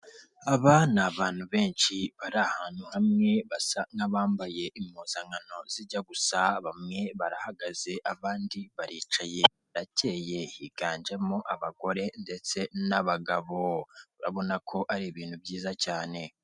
Aba n’ abantu benshi bari ahantu hamwe basa nk'abambaye impuzankano zijya gusa, bamwe barahagaze, abandi baricaye harakeye higanjemo abagore, ndetse n'abagabo urabona ko ari ibintu byiza cyane.